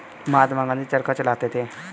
महात्मा गांधी चरखा चलाते थे